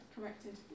corrected